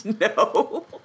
no